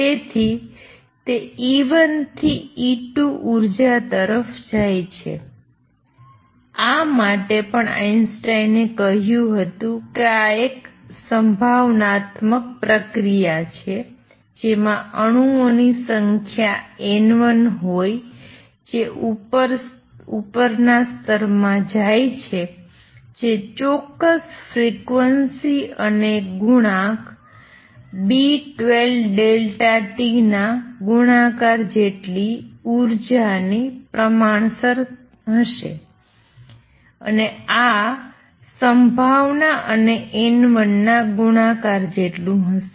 તેથી તે E1 થી E2 ઉર્જા તરફ જાય છે આ માટે પણ આઈન્સ્ટાઈને કહ્યું હતું કે આ એક સંભાવનાત્મક પ્રક્રિયા છે જેમાં અણુઓની સંખ્યા N1 હોય જે ઉપરના સ્તર માં જાય છે જે ચોક્કસ ફ્રિક્વન્સી અને કોએફિસિએંટ B12 t ના ગુણાકાર જેટલી ઉર્જાની પ્રમાણસર હશે અને આ સંભાવના અને N1 ના ગુણાકાર જેટલું હશે